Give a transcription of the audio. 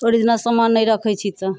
original समान नहि रखैत छी तऽ